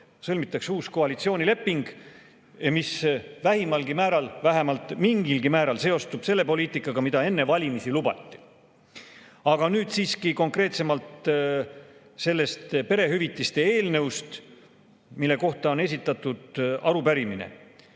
sõlmitakse uus koalitsioonileping, mis vähemalt mingilgi määral seostub selle poliitikaga, mida enne valimisi lubati. Aga nüüd siiski konkreetsemalt sellest perehüvitiste eelnõust, mille kohta on esitatud arupärimine.